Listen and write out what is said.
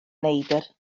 neidr